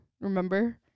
Remember